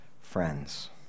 friends